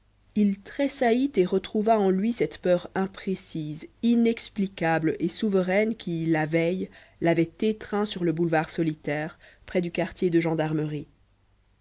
il tressaillit et retrouva en lui cette peur imprécise inexplicable et souveraine qui la veille l'avait étreint sur le boulevard solitaire près du quartier de gendarmerie